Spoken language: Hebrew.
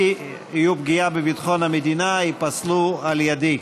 יהיו פגיעה בביטחון המדינה ייפסלו על ידי.